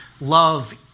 love